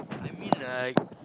I mean like